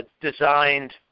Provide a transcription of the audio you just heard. designed